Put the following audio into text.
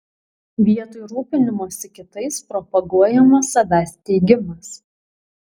vietoj rūpinimosi kitais propaguojamas savęs teigimas